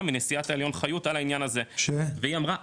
מנשיאת העליון חיות על העניין הזה והיא אמרה,